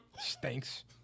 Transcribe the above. Stinks